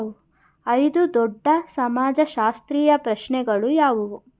ಐದು ದೊಡ್ಡ ಸಮಾಜಶಾಸ್ತ್ರೀಯ ಪ್ರಶ್ನೆಗಳು ಯಾವುವು?